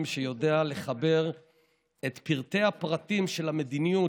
שיודע לחבר את פרטי-הפרטים של המדיניות,